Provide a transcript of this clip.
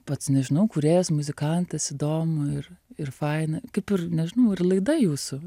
pats nežinau kūrėjas muzikantas įdomu ir ir faina kaip ir nežinau ar laida jūsų